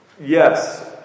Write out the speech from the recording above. Yes